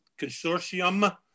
consortium